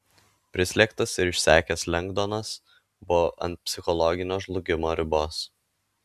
prislėgtas ir išsekęs lengdonas buvo ant psichologinio žlugimo ribos